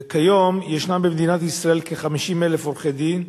כיום ישנם במדינת ישראל כ-50,000 עורכי-דין,